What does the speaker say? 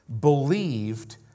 believed